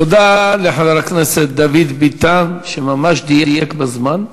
תודה לחבר הכנסת דוד ביטן, שממש דייק בזמן.